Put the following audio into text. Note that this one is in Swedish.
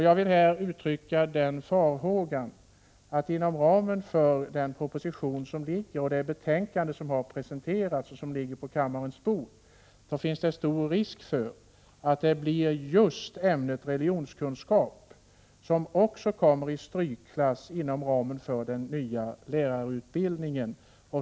Jag vill här uttrycka farhågan att det inom ramen för den proposition som nu föreligger och det betänkande som presenterats, och som ligger på kammarens bord, finns stor risk för att det blir just ämnet religionskunskap som hamnar i strykklass inom den nya lärarutbildningen.